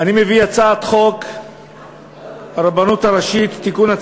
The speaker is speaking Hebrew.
אני מביא הצעת חוק הרבנות הראשית (תיקון,